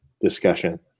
discussion